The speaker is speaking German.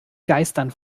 geistern